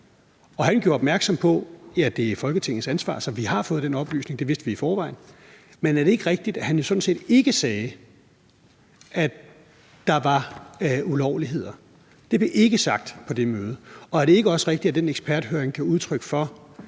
og han gjorde opmærksom på, at det er Folketingets ansvar, så vi har fået den oplysning; det vidste vi i forvejen. Men er det ikke rigtigt, at han jo sådan set ikke sagde, at der var ulovligheder? Det blev ikke sagt på det møde. Og er det ikke også rigtigt, at den eksperthøring gav udtryk for,